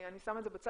אני שמה את זה בצד,